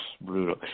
brutal